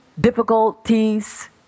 difficulties